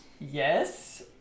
Yes